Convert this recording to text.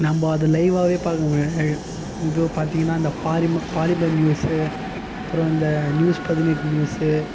நம்ம அதை லைவாகவே பார்க்க முடியும் இ இதோ பார்த்தீங்கன்னா இந்த பாரிமர் பாலிமர் நியூஸு அப்புறம் இந்த நியூஸ் பதினெட்டு நியூஸு